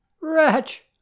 Wretch